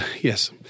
Yes